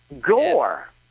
Gore